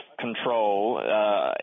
control